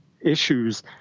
issues